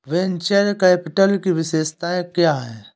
Venture capital की विशेषताएं क्या हैं?